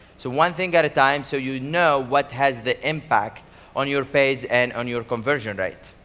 so one thing at a time so you know what has the impact on your page and on your conversion rate.